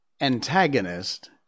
antagonist